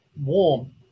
warm